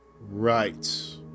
Right